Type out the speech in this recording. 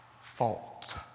fault